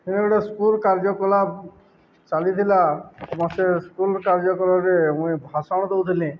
ମୁଁ ଗୋଟେ ସ୍କୁଲ କାର୍ଯ୍ୟକଳାପ ଚାଲିଥିଲା ତ ସେ ସ୍କୁଲ କାର୍ଯ୍ୟକଲାରେ ମୁଇଁ ଭାଷଣ ଦଉଥିଲି